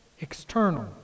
external